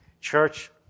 Church